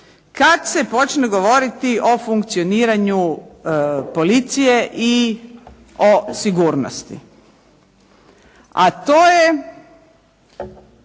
kad se počne govoriti o funkcioniranju policije i o sigurnosti. A to je